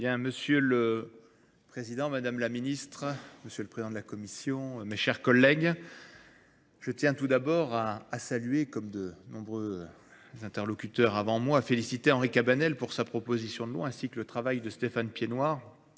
M. le Président, Mme la Ministre, M. le Président de la Commission, mes chers collègues, je tiens tout d'abord à saluer, comme de nombreux interlocuteurs avant moi, à féliciter Henri Cabanel pour sa proposition de loi, ainsi que le travail de Stéphane Piednoir